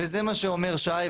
וזה מה שאומר שי,